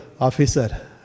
officer